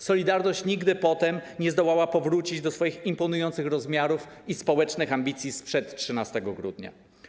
Solidarność” nigdy potem nie zdołała powrócić do imponujących rozmiarów i społecznych ambicji sprzed 13 grudnia.